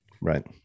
Right